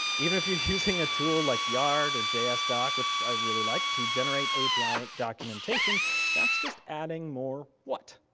even if you're using a tool like yard or jsdoc, which i really like, to generate api documentation that's just adding more what?